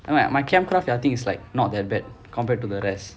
I mean my my camp craft I think is like not that bad compared to the rest